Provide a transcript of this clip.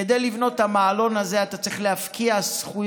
כדי לבנות את המעלון הזה אתה צריך להפקיע זכויות